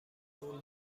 مون